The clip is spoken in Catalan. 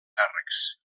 càrrecs